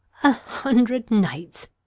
a hundred knights?